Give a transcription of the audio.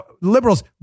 liberals